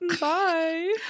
Bye